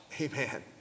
Amen